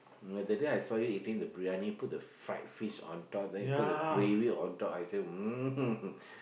but that day I saw you eating the briyani put the fried fish on top then you put the gravy on top I say mm